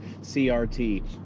CRT